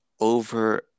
over